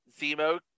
Zemo